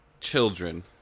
children